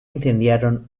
incendiaron